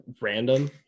random